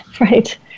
right